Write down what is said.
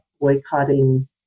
boycotting